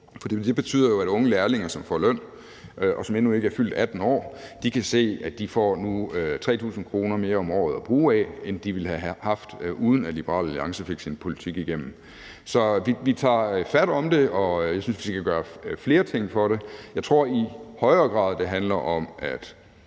for det betyder jo, at unge lærlinge, som får løn, og som endnu ikke er fyldt 18 år, kan se, at de får 3.000 kr. mere om året at bruge af, end de ville have haft, hvis Liberal Alliance ikke havde fået sin politik igennem. Så vi tager fat om det, og jeg synes, vi skal gøre flere ting på det område. Jeg tror i højere grad, at det handler om at